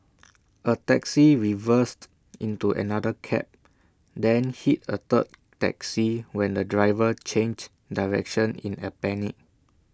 A taxi reversed into another cab then hit A third taxi when the driver changed direction in A panic